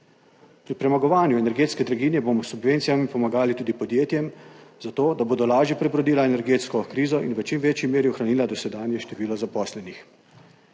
Pri premagovanju energetske draginje bomo s subvencijami pomagali tudi podjetjem, zato da bodo lažje prebrodila energetsko krizo in v čim večji meri ohranila dosedanje število zaposlenih.